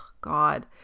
god